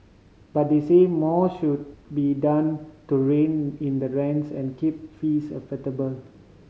but they said more should be done to rein in the rents and keep fees affordable